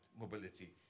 mobility